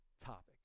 Topic